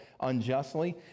unjustly